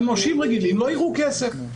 נושים רגילים לא יראו כסף.